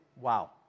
wow